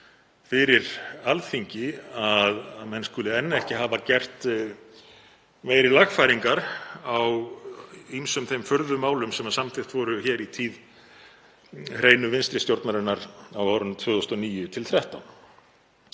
fyrir Alþingi að menn skuli enn ekki hafa gert meiri lagfæringar á ýmsum þeim furðumálum sem samþykkt voru í tíð hreinu vinstri stjórnarinnar á árunum 2009–2013.